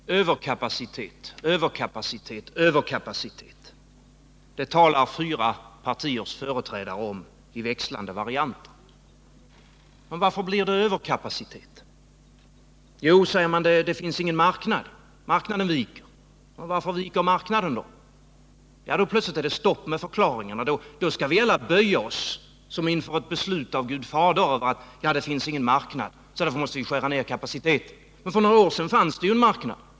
Herr talman! Överkapacitet, överkapacitet, överkapacitet — det talar fyra partiers företrädare om i växlande varianter. Men varför blir det överkapacitet? Jo, säger man, det finns ingen marknad. Marknaden viker. Men varför viker marknaden då? Ja, då är det plötsligt stopp med förklaringarna och vi skall alla böja oss, liksom inför ett beslut av Gud Fader: Det finns ingen marknad; därför måste vi skära ner kapaciteten! Men för några år sedan fanns det ju en marknad.